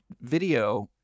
video